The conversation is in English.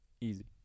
easy